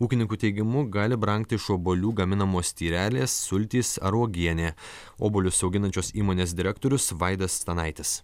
ūkininkų teigimu gali brangti iš obuolių gaminamos tyrelės sultys ar uogienė obuolius auginančios įmonės direktorius vaidas stanaitis